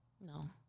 No